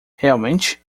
realmente